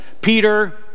Peter